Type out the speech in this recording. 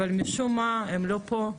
אבל משום מה הם לא פה,